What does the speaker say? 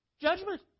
judgment